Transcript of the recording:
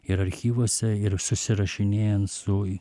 ir archyvuose ir susirašinėjant su